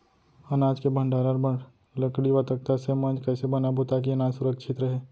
अनाज के भण्डारण बर लकड़ी व तख्ता से मंच कैसे बनाबो ताकि अनाज सुरक्षित रहे?